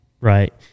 Right